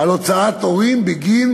הוצאת הורים בגין